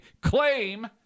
claim